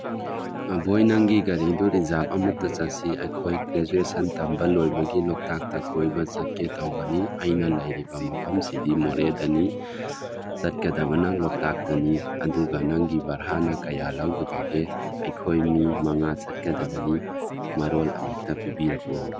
ꯑꯕꯣꯏ ꯅꯪꯒꯤ ꯒꯥꯔꯤ ꯑꯗꯨ ꯔꯤꯖꯥꯕ ꯑꯃꯇ ꯆꯠꯁꯤ ꯑꯩꯈꯣꯏ ꯒ꯭ꯔꯦꯖ꯭ꯋꯦꯁꯟ ꯇꯝꯕ ꯂꯣꯏꯕꯒꯤ ꯂꯣꯛꯇꯥꯛꯇ ꯀꯣꯏꯕ ꯆꯠꯀꯦ ꯇꯧꯕꯅꯤ ꯑꯩꯅ ꯂꯩꯔꯤꯕ ꯃꯐꯝꯁꯤꯗꯤ ꯃꯣꯔꯦꯗꯅꯤ ꯆꯠꯀꯗꯕꯅ ꯂꯣꯛꯇꯥꯛꯇꯅꯤ ꯑꯗꯨꯒ ꯅꯪꯒꯤ ꯕꯥꯔꯅ ꯀꯌꯥ ꯂꯧꯒꯗꯒꯦ ꯑꯩꯈꯣꯏ ꯃꯤ ꯃꯉꯥ ꯆꯠꯀꯗꯕꯅꯤ ꯃꯔꯣꯜ ꯑꯃꯨꯛꯇ ꯄꯤꯕꯤꯔꯛꯎ